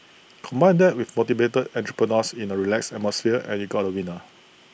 combine that with motivated entrepreneurs in A relaxed atmosphere and you got A winner